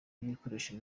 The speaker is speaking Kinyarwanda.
n’ibikoresho